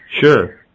Sure